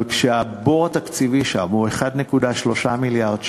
אבל כשהבור התקציבי שם הוא 1.3 מיליארד שקל,